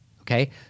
Okay